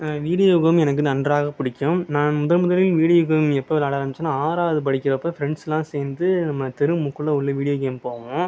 video game எனக்கு நன்றாக பிடிக்கும் நான் முதன் முதலில் வீடியோ கேம் எப்போ விளாட ஆரம்பிச்சேனா ஆறாவது படிக்கிறப்போ ஃப்ரெண்ட்ஸ்லாம் சேர்ந்து நம்ம தெரு முக்கில் உள்ள வீடியோ கேம் போவோம்